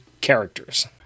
characters